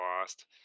lost